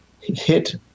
hit